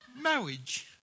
Marriage